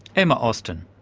emma austin.